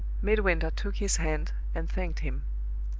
midwinter took his hand and thanked him.